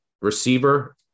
receiver